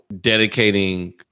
dedicating